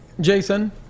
Jason